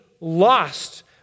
lost